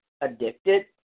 addicted